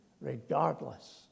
regardless